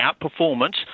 outperformance